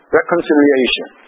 reconciliation